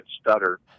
stutter